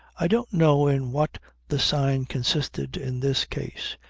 i don't know in what the sign consisted in this case.